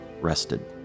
rested